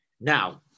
Now